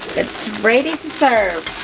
it's ready serve!